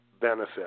benefit